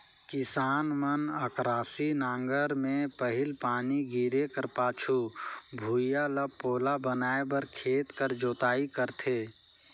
किसान मन अकरासी नांगर मे पहिल पानी गिरे कर पाछू भुईया ल पोला बनाए बर खेत कर जोताई करथे